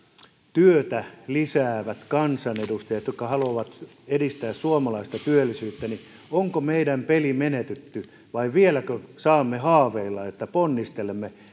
työtä lisäävien kansanedustajien jotka haluamme edistää suomalaista työllisyyttä peli menetetty vai vieläkö saamme haaveilla että ponnistelemme